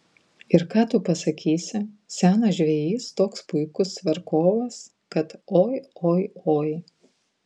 ir ką tu pasakysi senas žvejys toks puikus tvarkovas kad oi oi oi